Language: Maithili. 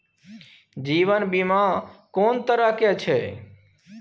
जीवन बीमा कोन तरह के छै?